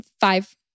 five